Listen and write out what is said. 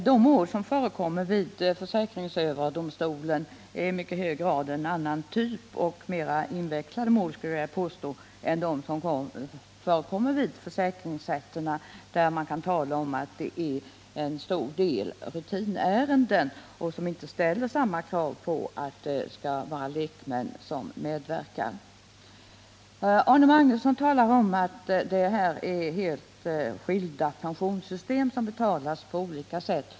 De mål som förekommer vid försäkringsöverdomstolen är i mycket hög grad en annan typ av mål och är mer invecklade, än de som förekommer vid försäkringsrätterna, där det till stor del är rutinärenden som inte ställer samma krav på medverkan Arne Magnusson talade om att detta är helt skilda pensionssystem, som betalas på olika sätt.